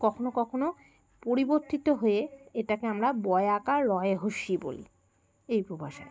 কখনো কখনো পরিবর্তিত হয়ে এটাকে আমরা ব এ আকার আর র এ হ্রস্য ই বলি এই উপভাষায়